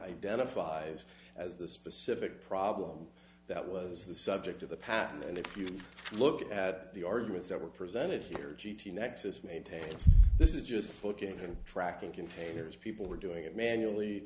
identifies as the specific problem that was the subject of the patent and if you look at the arguments that were presented here g t nexus maintains this is just fucking been tracking containers people were doing it manually